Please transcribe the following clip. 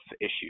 issues